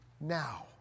now